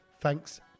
thanks